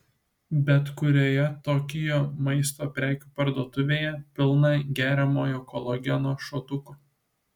bet kurioje tokijo maisto prekių parduotuvėje pilna geriamojo kolageno šotukų